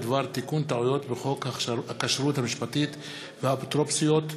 ביטול הכריזה בשפה הערבית באוטובוסים בבאר-שבע,